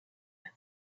and